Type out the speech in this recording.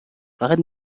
فقط